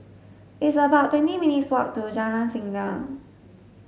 it's about twenty minutes walk to Jalan Singa